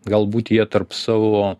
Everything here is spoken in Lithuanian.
galbūt jie tarp savo